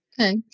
Okay